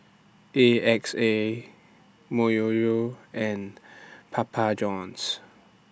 A X A Myojo and Papa Johns